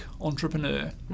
entrepreneur